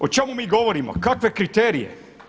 O čemu mi govorimo, kakve kriterije?